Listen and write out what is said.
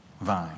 vine